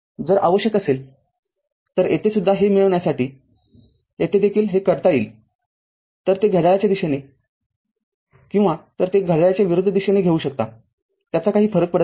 जर आवश्यक असेल तर येथे सुद्धा हे मिळण्यासाठी येथे देखील हे करता येईल तर ते घड्याळाच्या दिशेने किंवा तर ते घड्याळाच्या विरुद्ध दिशेने घेऊ शकता त्याचा फरक पडत नाही